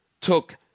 took